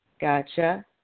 Gotcha